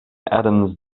adams